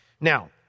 Now